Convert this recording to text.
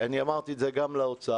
אמרתי את זה גם לאוצר.